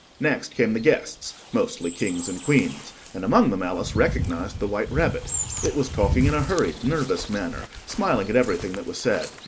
next came the guests mostly kings and queens, and among them alice recognised the white rabbit it was talking in a hurried nervous manner, smiling at everything that was said,